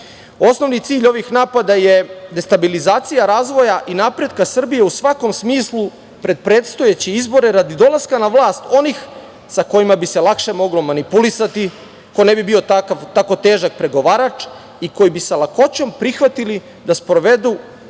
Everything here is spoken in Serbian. osnovni cilj ovih napada je destabilizacija razvoja i napretka Srbije u svakom smislu, pred predstojeće izbore radi dolaska na vlast onih sa kojima bi se lakše moglo manipulisati, ko ne bi bio tako težak pregovarač i koje bi sa lakoćom prihvatili da sprovodu